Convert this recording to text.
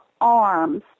arms